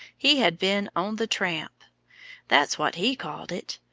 he had been on the tramp that's what he called it.